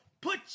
put